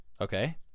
Okay